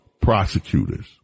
prosecutors